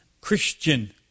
Christian